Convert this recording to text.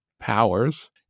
powers